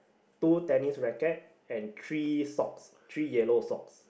two tennis racquets and three socks three yellow socks